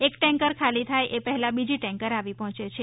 એક ટેન્કર ખાલી થાય એ પહેલાં બીજી ટેન્કર આવી પહોંચે છે